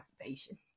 occupation